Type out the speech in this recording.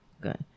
good